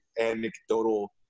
anecdotal